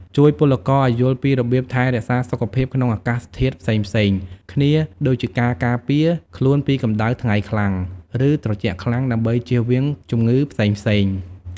ជួយពលករឱ្យយល់ពីរបៀបថែរក្សាសុខភាពក្នុងអាកាសធាតុផ្សេងៗគ្នាដូចជាការការពារខ្លួនពីកម្តៅថ្ងៃខ្លាំង ឬត្រជាក់ខ្លាំង ដើម្បីជៀសវាងជំងឺផ្សេងៗ។